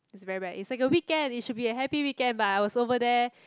is very bad it's a weekend it should be a happy weekend but I was over there